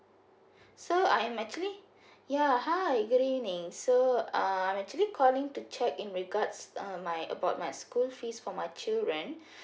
so I'm actually ya hi good evening so uh I actually calling to check in regards um my about my school fees for my children